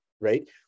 right